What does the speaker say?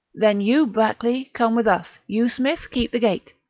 then you, brackley, come with us you, smith, keep the gate.